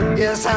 yes